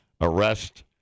arrest